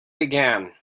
began